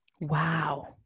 Wow